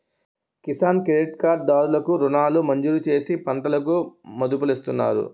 Kisan credit card దారులు కు రుణాలను మంజూరుచేసి పంటలకు మదుపులిస్తున్నాయి